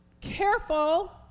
careful